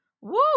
Woo